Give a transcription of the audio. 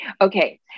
Okay